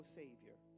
savior